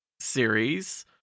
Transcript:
series